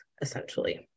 essentially